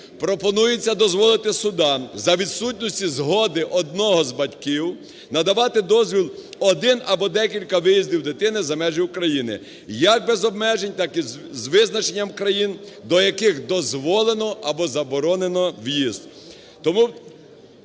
пропонується дозволити судам за відсутності згоди одного з батьків надавати дозвіл один або декілька виїздів дитини за межі України як без обмежень, так і з визначенням країн, до яких дозволено або заборонено в'їзд.